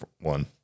one